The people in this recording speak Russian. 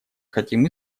хотим